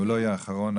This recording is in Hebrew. אבל הוא לא יהיה אחרון,